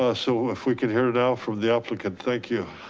ah so if we could hear now from the applicant, thank you,